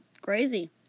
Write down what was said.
crazy